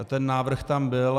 Ten návrh tam byl.